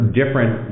different